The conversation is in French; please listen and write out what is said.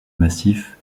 massif